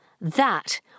That